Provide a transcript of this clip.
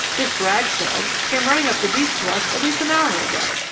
this rags dog came running up the beach to us at least an hour ago.